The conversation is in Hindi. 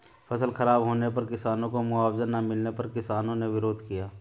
फसल खराब होने पर किसानों को मुआवजा ना मिलने पर किसानों ने विरोध किया